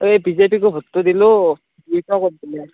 এই বিজেপিকো ভোটটো দিলোঁ দুইশ বিলাহী